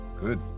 Good